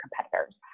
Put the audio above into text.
competitors